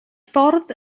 ffordd